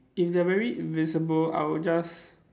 if they are very invincible I would just